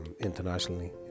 internationally